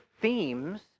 themes